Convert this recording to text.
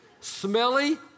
smelly